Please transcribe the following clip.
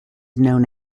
known